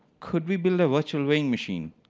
could we build a virtual weighing machine?